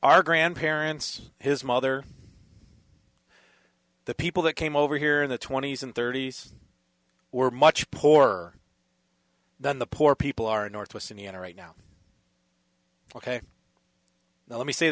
our grandparents his mother the people that came over here in the twenty's and thirty's were much poorer than the poor people are in northwest indiana right now ok let me say